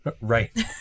Right